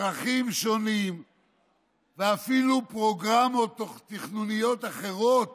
צרכים שונים ואפילו פרוגרמות תכנוניות אחרות